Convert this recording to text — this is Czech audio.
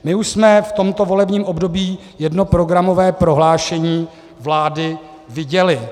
My už jsme v tomto volebním období jedno programové prohlášení vlády viděli.